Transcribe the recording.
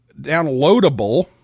downloadable